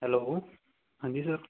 hello ਹਾਂਜੀ sir